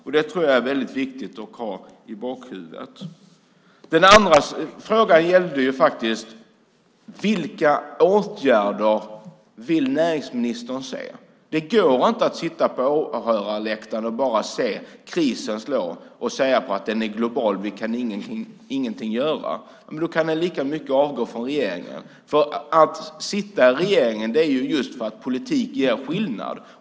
Jag tror att det är väldigt viktigt att ha det i bakhuvudet. Den andra frågan gällde vilka åtgärder näringsministern vill se. Det går inte att sitta på åhörarläktaren och att bara se krisen slå och säga: Krisen är global. Vi kan inte göra någonting. Då kan man lika gärna avgå från regeringen. Att sitta i regeringen gör man just därför att politik gör skillnad.